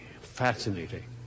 fascinating